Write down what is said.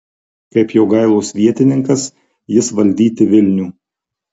kaip jogailos vietininkas jis valdyti vilnių